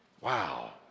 Wow